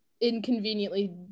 inconveniently